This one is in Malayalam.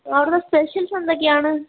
അവിടുത്തെ സ്പെഷ്യൽസ് എന്തൊക്കെയാണ്